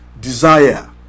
desire